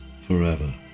forever